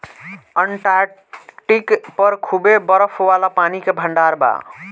Antarctic पर खूबे बरफ वाला पानी के भंडार बा